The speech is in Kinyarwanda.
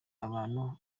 abantu